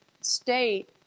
state